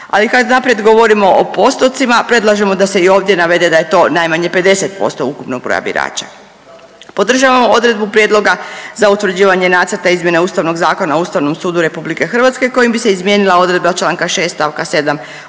Ali kad napred govorimo o postotcima predlažemo da se i ovdje navede da je to najmanje 50% ukupnog broja birača. Podržavamo odredbu prijedloga za utvrđivanje Nacrta izmjene Ustavnog zakona o Ustavnom sudu Republike Hrvatske kojim bi se izmijenila odredba članka 6. stavka 7.